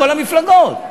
כל המפלגות,